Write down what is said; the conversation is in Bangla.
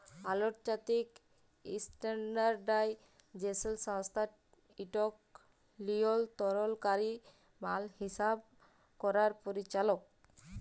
আলতর্জাতিক ইসট্যানডারডাইজেসল সংস্থা ইকট লিয়লতরলকারি মাল হিসাব ক্যরার পরিচালক